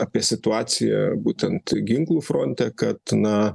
apie situaciją būtent ginklų fronte kad na